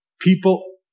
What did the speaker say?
people